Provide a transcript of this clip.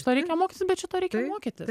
šito reikia mokytis bet šito reikia mokytis